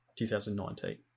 2019